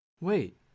Wait